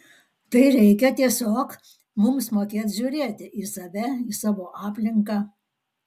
tai reikia tiesiog mums mokėt žiūrėti į save į savo aplinką